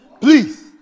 please